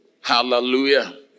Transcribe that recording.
Hallelujah